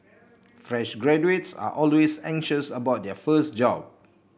fresh graduates are always anxious about their first job